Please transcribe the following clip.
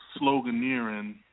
sloganeering